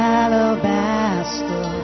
alabaster